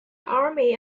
army